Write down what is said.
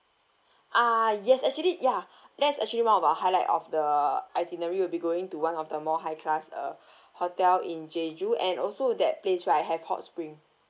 uh yes actually ya that is actually one of our highlight of the itinerary we'll be going to one of the more high class uh hotel in jeju and also that place right have hot spring